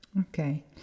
okay